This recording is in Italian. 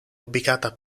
ubicata